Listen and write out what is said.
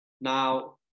Now